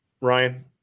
Ryan